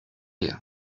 you